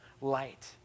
light